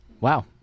Wow